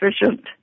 efficient